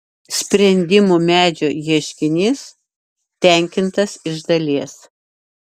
sprendimų medžio ieškinys tenkintas iš dalies